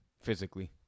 physically